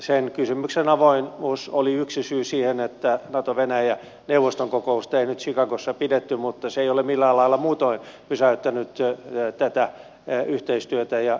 sen kysymyksen avoimuus oli yksi syy siihen että natovenäjä neuvoston kokousta ei nyt chicagossa pidetty mutta se ei ole millään lailla muutoin pysäyttänyt tätä yhteistyötä ja yhteydenpitoa